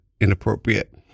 inappropriate